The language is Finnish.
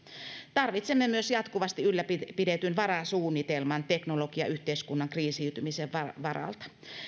tarvitsemme myös jatkuvasti ylläpidetyn varasuunnitelman teknologiayhteiskunnan kriisiytymisen varalta